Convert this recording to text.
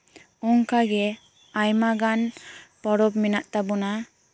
ᱚᱱᱠᱟᱜᱮ ᱟᱭᱢᱟ ᱜᱟᱱ ᱯᱚᱨᱚᱵ ᱢᱮᱱᱟᱜ ᱛᱟᱵᱚᱱᱟ